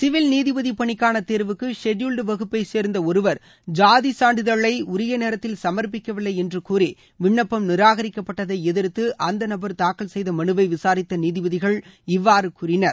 civil நீதிபதி பணிக்கான தேர்வுக்கு ஷெடியூவ்ட் வகுப்பைச் சேர்ந்த ஒருவர் சாதி சான்றிதழை உரிய நேரத்தில் சமா்ப்பிக்கவில்லை என்று கூறி விண்ணப்பம் நிராகரிக்கப்பட்டதை எதிா்த்து அந்த நபா் தாக்கல் செய்த மனுவை விசாரித்த நீதிபதிகள் இவ்வாறு கூறினர்